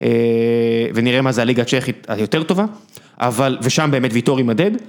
ונראה מה זה הליגה הצ'כית היותר טובה, אבל ושם באמת ויטורי ימדד.